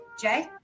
Jay